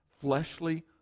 fleshly